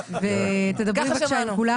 אז תדברי בשם כולם ותעבירי את זה.